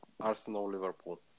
Arsenal-Liverpool